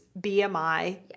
BMI